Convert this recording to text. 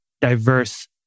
diverse